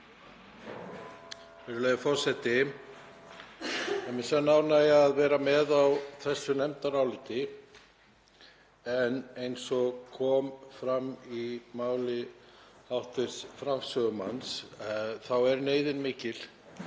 mér sönn ánægja að vera með á þessu nefndaráliti en eins og kom fram í máli hv. framsögumanns er neyðin mikil.